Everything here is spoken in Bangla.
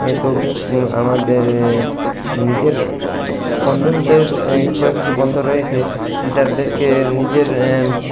যেহেতু আমাদের নিজের বন্ধুদের একটু একটু বন্ধু রয়েছে যাদেরকে নিজের